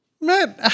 Man